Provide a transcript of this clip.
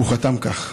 הוא חתם כך: